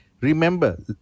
Remember